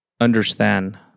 understand